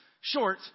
short